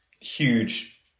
huge